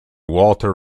walter